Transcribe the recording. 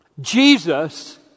Jesus